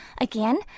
Again